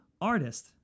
artist